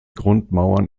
grundmauern